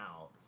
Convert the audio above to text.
out